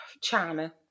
China